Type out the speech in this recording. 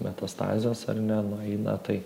metastazės ar ne nueina tai